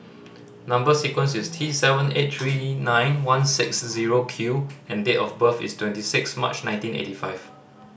number sequence is T seven eight three nine one six zero Q and date of birth is twenty six March nineteen eighty five